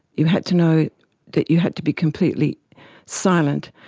you had to know that you had to be completely silent,